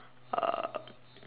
uh